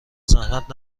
زحمت